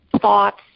thoughts